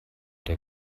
der